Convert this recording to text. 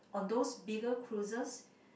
on those bigger cruises